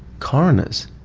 coroners.